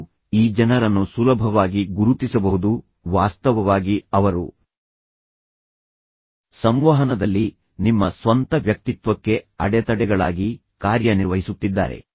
ನೀವು ಈ ಜನರನ್ನು ಸುಲಭವಾಗಿ ಗುರುತಿಸಬಹುದು ವಾಸ್ತವವಾಗಿ ಅವರು ಸಂವಹನದಲ್ಲಿ ನಿಮ್ಮ ಸ್ವಂತ ವ್ಯಕ್ತಿತ್ವಕ್ಕೆ ಅಡೆತಡೆಗಳಾಗಿ ಕಾರ್ಯನಿರ್ವಹಿಸುತ್ತಿದ್ದಾರೆ